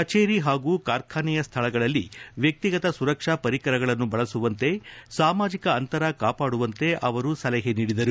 ಕಚೇರಿ ಹಾಗೂ ಕಾರ್ಖಾನೆಯ ಸ್ಥಳಗಳಲ್ಲಿ ವ್ಯಕ್ತಿಗತ ಸುರಕ್ಷಾ ಪರಿಕರಗಳನ್ನು ಬಳಸುವಂತೆ ಸಾಮಾಜಿಕ ಅಂತರ ಕಾಪಾಡುವಂತೆ ಅವರು ಸಲಹೆ ನೀಡಿದರು